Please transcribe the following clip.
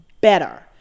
better